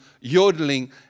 yodeling